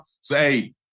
Say